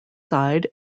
side